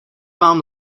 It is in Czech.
vám